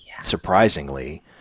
surprisingly